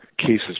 cases